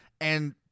and-